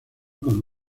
con